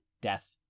death